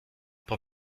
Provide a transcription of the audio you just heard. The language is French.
pour